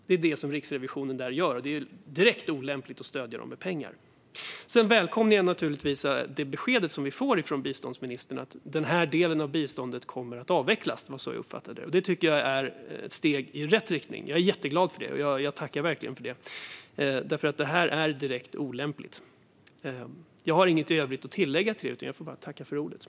Det är det som riksrevisionen där gör, och det är direkt olämpligt att stödja den med pengar. Jag välkomnar naturligtvis beskedet som vi får från biståndsministern att denna del av biståndet kommer att avvecklas. Det var så jag uppfattade det. Det tycker jag är ett steg i rätt riktning. Jag är jätteglad för det, och jag tackar verkligen för det eftersom det biståndet är direkt olämpligt.